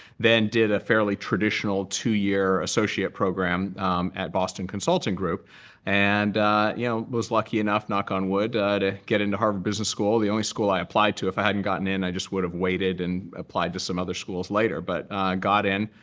then did a fairly traditional two year associate program at boston consulting group and yeah was lucky enough, knock on wood, to get into harvard business school the only school i applied to. if i hadn't gotten in, i just would have waited and applied to some other schools later, but got in,